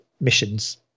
missions